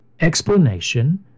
explanation